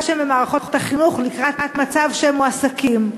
שהם במערכות החינוך לקראת מצב שהם מועסקים.